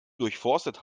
durchforstet